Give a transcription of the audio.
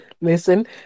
listen